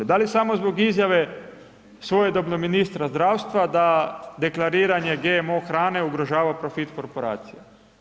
Da li samo zbog izjave svojedobno ministra zdravstva da deklariranje GMO hrane ugrožava profit korporacija.